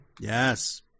yes